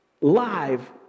live